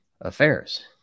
affairs